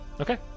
Okay